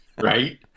Right